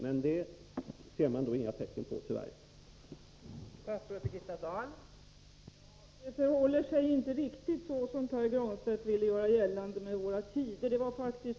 Men det ser man tyvärr inga tecken på från statsrådets sida.